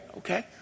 okay